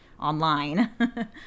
online